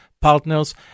partners